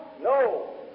No